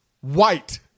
White